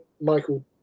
Michael